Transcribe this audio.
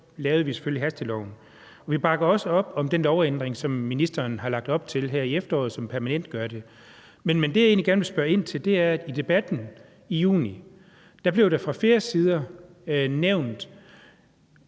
lavede vi selvfølgelig hasteloven. Vi bakker også op om den lovændring, som ministeren har lagt op til her i efteråret, og som permanentgør det. Men det, jeg egentlig gerne vil spørge ind til, er, at der i debatten i juni fra flere sider blev